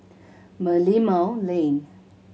Merlimau Lane